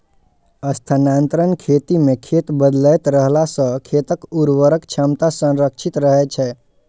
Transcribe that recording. स्थानांतरण खेती मे खेत बदलैत रहला सं खेतक उर्वरक क्षमता संरक्षित रहै छै